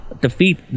defeat